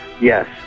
yes